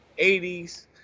80s